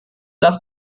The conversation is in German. das